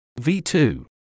V2